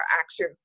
action